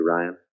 Ryan